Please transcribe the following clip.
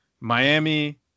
Miami